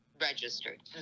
registered